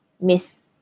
Miss